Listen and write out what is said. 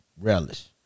Relish